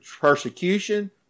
persecution